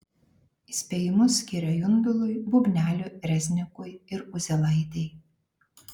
įspėjimus skyrė jundului bubneliui reznikui ir uzielaitei